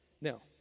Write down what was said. Now